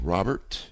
Robert